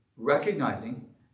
recognizing